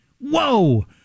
Whoa